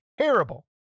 Terrible